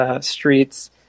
streets